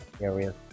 areas